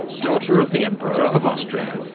daughter of the emperor of austria.